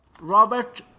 Robert